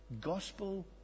gospel